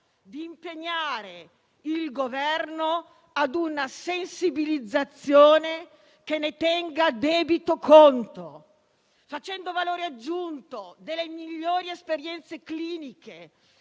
di impegnare il Governo a una sensibilizzazione che ne tenga debito conto, facendo valore aggiunto delle migliori esperienze cliniche